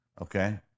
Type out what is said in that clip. okay